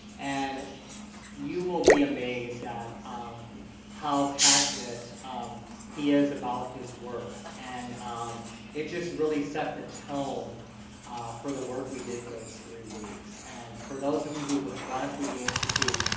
and you will be amazed at um how passionate he is about his work. and um it just really set the tone for the work we did those three weeks. and for those of you who have gone through the institute,